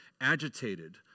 agitated